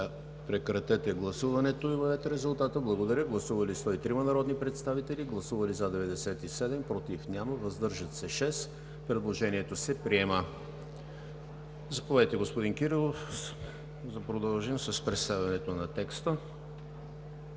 продължим с представянето на текста.